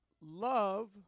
love